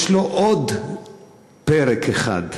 יש לו עוד פרק אחד,